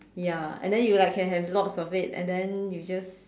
ya and then you like can have like lots of it and then you just